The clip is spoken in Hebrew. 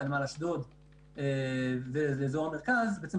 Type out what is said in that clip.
נמל אשדוד ואזור המרכז בעצם,